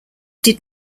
did